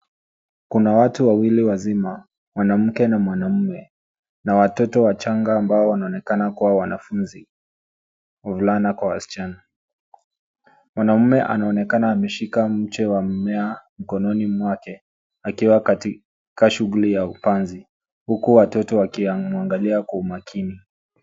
Kuna watu wawili wazima, mwanamke na mwanamume na watoto wachanga ambao wanaonekana kuwa wanafunzi; wavulana kwa wasichana. Mwanamume anaonekana ameshika mche wa mmea mkononi mwake akiwa katika shughuli ya upanzi, huku watoto wakimwangalia kwa umakini.